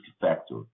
factor